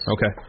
Okay